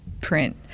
print